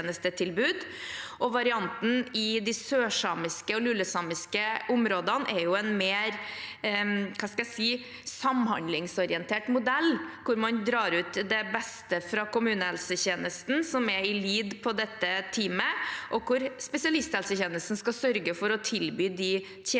Varianten i de sørsamiske og lulesamiske områdene er jo en mer – hva skal jeg si – samhandlingsorientert modell, hvor man tar ut det beste fra kommunehelsetjenesten, som er «i lyd» på dette teamet, og hvor spesialisthelsetjenesten skal sørge for å tilby de tjenestene